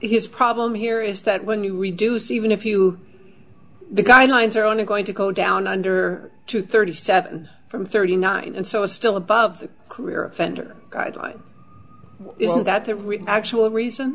has problem here is that when you reduce even if you the guidelines are only going to go down under thirty seven from thirty nine and so is still above the career offender isn't that the actual reason